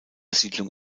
siedlung